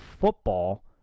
football